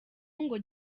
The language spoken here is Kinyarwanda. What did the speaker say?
ngo